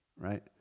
Right